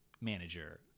manager